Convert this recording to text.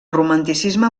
romanticisme